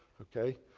ok.